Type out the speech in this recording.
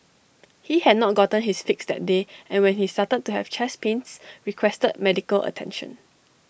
he had not gotten his fix that day and when he started to have chest pains requested medical attention